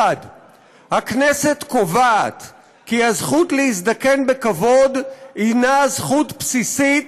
1. הכנסת קובעת כי הזכות להזדקן בכבוד הִנה זכות בסיסית